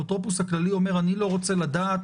אז האפוטרופוס הכללי הוא לא מאגר מידע,